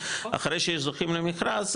אחרי שיש זוכים למכרז,